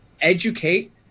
educate